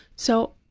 so,